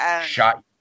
shot